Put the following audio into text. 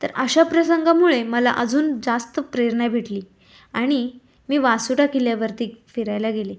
तर अशी प्रसंगामुळे मला अजून जास्त प्रेरणा भेटली आणि मी वासोटा किल्ल्यावरती फिरायला गेले